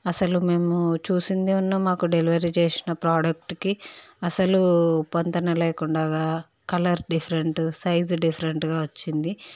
అస్సలు మేము చూసిందైన మాకు డెలివరీ చేసిన ప్రోడక్ట్కి అస్సలు పొంతన లేకుండగా కలర్ డిఫరెంట్ సైజు డిఫరెంట్గా వచ్చింది